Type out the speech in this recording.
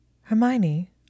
Hermione